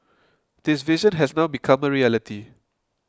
this vision has now become a reality